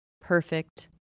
perfect